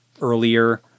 earlier